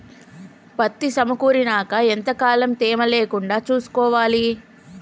పత్తి సమకూరినాక ఎంత కాలం తేమ లేకుండా చూసుకోవాలి?